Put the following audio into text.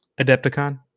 Adepticon